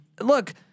Look